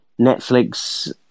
Netflix